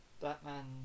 Batman